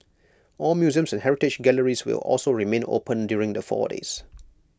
all museums and heritage galleries will also remain open during the four days